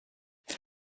they